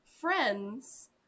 friends